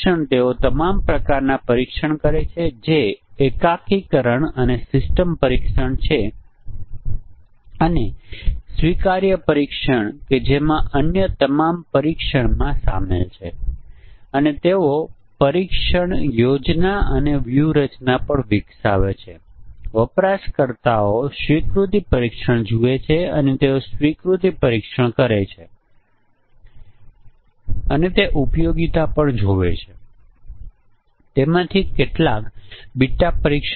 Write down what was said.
આપણે પ્રથમ વસ્તુ જે કર્યું તે આપણે ઇનપુટ પરિમાણો ગોઠવ્યાં તેથી આપણે પહેલા ગોઠવેલ પરિમાણ શક્ય કિંમતોની મહત્તમ સંખ્યા લે છે અને તે પછીના પરિમાણોની ઓછી સંખ્યા સાથે અને પછી તેનાથી પણ ઓછી સંખ્યા છે